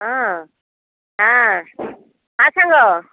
ହଁ ହଁ ହଁ ସାଙ୍ଗ